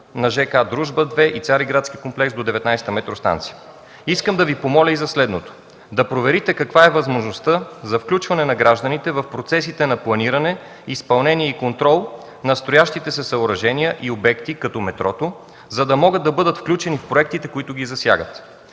на ж.к. „Дружба-2” и „Цариградски комплекс” до 19-а метростанция? Искам да Ви помоля и за следното: да проверите каква е възможността за включване на гражданите в процесите на планиране, изпълнение и контрол на строящите се съоръжения и обекти като метрото, за да могат да бъдат включени в проектите, които ги засягат.